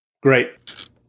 Great